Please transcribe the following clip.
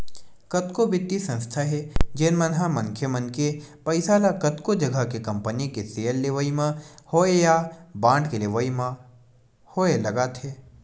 कतको बित्तीय संस्था हे जेन मन ह मनखे मन के पइसा ल कतको जघा के कंपनी के सेयर लेवई म होय या बांड के लेवई म होय लगाथे